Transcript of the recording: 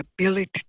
ability